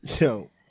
Yo